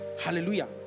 hallelujah